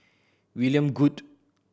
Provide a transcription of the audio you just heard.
William Goode